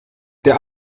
der